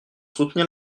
soutenir